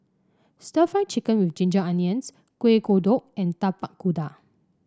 stir Fry Chicken with Ginger Onions Kuih Kodok and Tapak Kuda